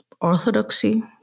orthodoxy